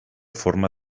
forma